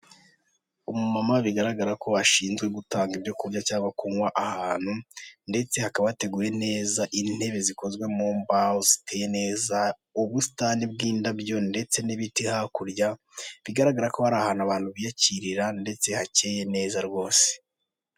Umumama bigaragara ko ashinzwe gutanga ibyo kurya cyangwa kunywa ahantu, ndetse hakaba hateguye neza intebe zikozwe mu mbaho ziteye neza, ubusitani bw'indabyo, ndetse n'ibiti hakurya, bigaragara ko hari ahantu abantu biyakirira, ndetse hateye neza rwose.